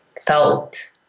felt